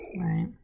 right